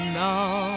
now